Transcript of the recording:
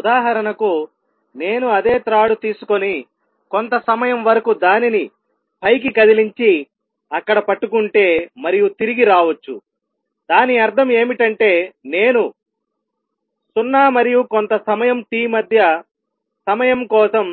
ఉదాహరణకు నేను అదే త్రాడు తీసుకొని కొంత సమయం వరకు దానిని పైకి కదిలించి అక్కడ పట్టుకుంటే మరియు తిరిగి రావచ్చుదాని అర్థం ఏమిటంటే నేను 0 మరియు కొంత సమయం t మధ్య సమయం కోసం